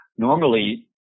Normally